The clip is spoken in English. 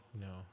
no